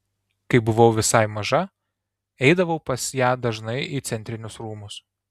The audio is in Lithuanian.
kai buvau visai maža eidavau pas ją dažnai į centrinius rūmus